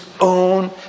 own